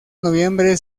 noviembre